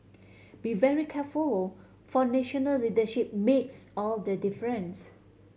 be very careful for national leadership makes all the difference